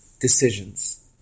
decisions